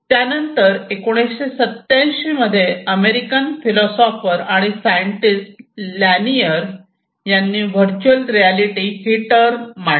त्यानंतर सन 1987 मध्ये हे अमेरिकन फिलोसोफर आणि सायंटिस्ट लॅनियर यांनी व्हर्च्युअल रियालिटी हि टर्म मांडली